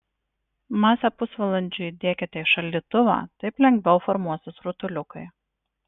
masę pusvalandžiui įdėkite į šaldytuvą taip lengviau formuosis rutuliukai